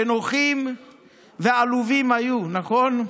"שנוחין ועלובין היו", נכון?